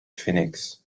phoenix